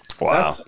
Wow